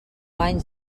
anys